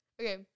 okay